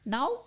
Now